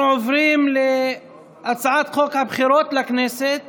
אנחנו עוברים להצעת חוק הבחירות לכנסת